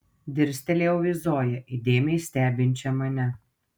dirstelėjau į zoją įdėmiai stebinčią mane